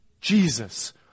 Jesus